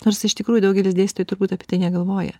nors iš tikrųjų daugelis dėstytojų turbūt apie tai negalvoja